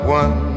one